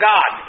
God